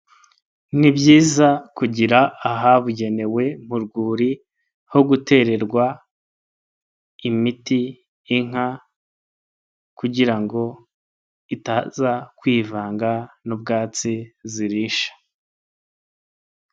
Ni byiza kugira ahabugenewe mu rwuri, ho gutererwa imiti inka kugira ngo itaza kwivanga n'ubwatsi zirisha.